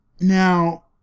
Now